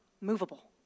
movable